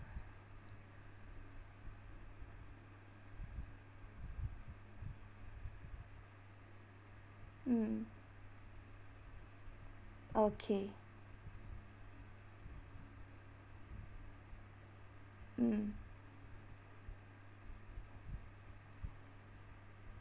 mm okay mm